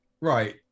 right